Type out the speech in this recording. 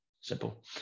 simple